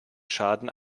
schaden